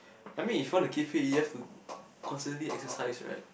I mean if you want to keep fit you have to constantly exercise right